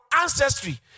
ancestry